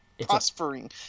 prospering